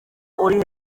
uri